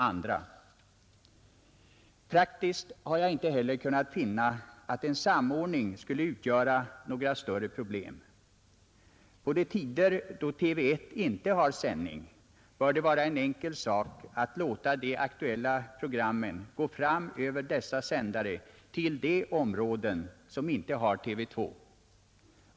Jag har inte heller kunnat finna att en samordning skulle vålla några större praktiska problem. På de tider då TV 1 inte har sändning bör det vara en enkel sak att låta de aktuella programmen gå fram över dess sändare till de områden som inte har TV 2.